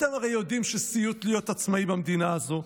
הרי אתם יודעים שסיוט להיות עצמאי במדינה הזאת,